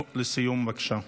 לסיום, בבקשה.